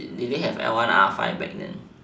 did they have L one R five back then